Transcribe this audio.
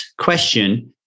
question